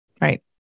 Right